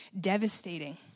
devastating